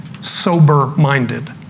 sober-minded